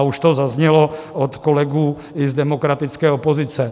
Už to zaznělo od kolegů i z demokratické opozice.